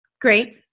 Great